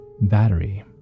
battery